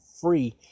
free